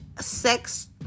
sex